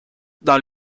dans